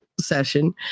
session